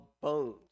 bones